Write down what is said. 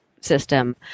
system